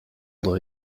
dre